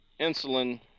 insulin